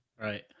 right